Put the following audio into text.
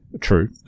True